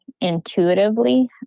intuitively